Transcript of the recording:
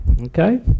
Okay